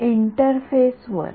विद्यार्थी इंटरफेस वर